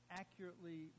accurately